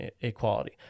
equality